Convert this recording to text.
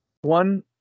One